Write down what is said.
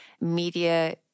media